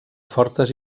fortes